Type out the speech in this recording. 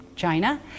China